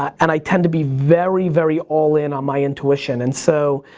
and i tend to be very, very all-in on my intuition, and so